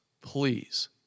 please